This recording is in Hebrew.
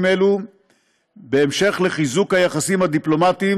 אלו כהמשך לחיזוק היחסים הדיפלומטיים